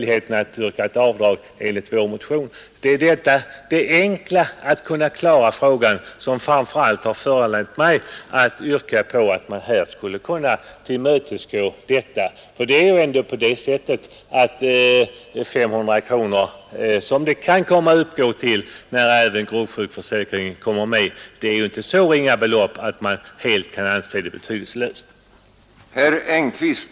Det är den omständigheten att det är så enkelt att klara av detta som framför allt har föranlett mig att yrka på att kraven i motionen bör tillmötesgås. Det är ändå på det sättet att de 500 kronor som beloppet kan komma att uppgå till, när även sjukförsäkringen kommer med, inte är ett så litet belopp att man kan anse det helt betydelselöst.